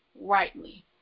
rightly